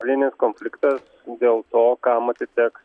eilinis konfliktas dėl to kam atiteks